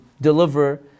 deliver